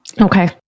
okay